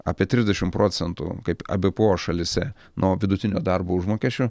apie trisdešim procentų kaip ebpo šalyse nuo vidutinio darbo užmokesčio